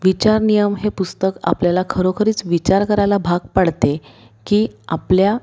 विचार नियम हे पुस्तक आपल्याला खरोखरीच विचार करायला भाग पाडते की आपल्या